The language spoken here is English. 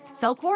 CellCore